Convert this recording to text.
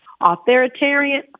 authoritarian